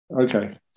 Okay